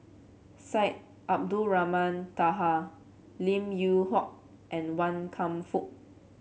Syed Abdulrahman Taha Lim Yew Hock and Wan Kam Fook